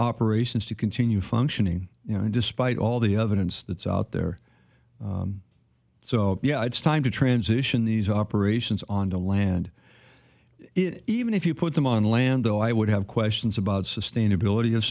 operations to continue functioning you know despite all the evidence that's out there so yeah it's time to transition these operations on to land it even if you put them on land though i would have questions about sustainability of